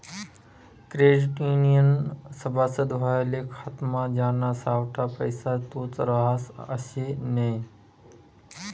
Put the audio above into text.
credit युनियननं सभासद व्हवाले खातामा ज्याना सावठा पैसा तोच रहास आशे नै